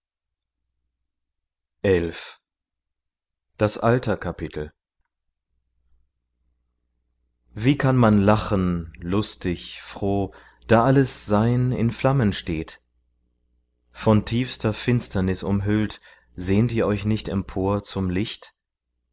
wie kann man lachen lustig froh da alles sein in flammen steht von tiefster finsternis umhüllt sehnt ihr euch nicht empor zum licht